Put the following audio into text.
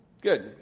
Good